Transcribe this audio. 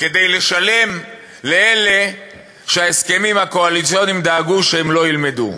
כדי לשלם לאלה שההסכמים הקואליציוניים דאגו שהם לא ילמדו.